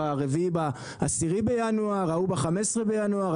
הרביעי ב-10 בינואר ההוא ב-15 בינואר.